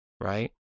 right